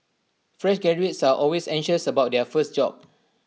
fresh graduates are always anxious about their first job